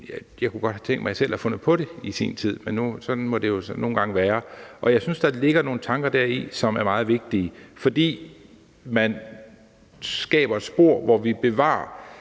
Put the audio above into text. jeg godt selv ville have fundet på det i sin tid, men sådan må det jo nogle gange være. Jeg synes, at der ligger nogle tanker deri, som er meget vigtige – fordi der skabes et spor, hvor vi bevarer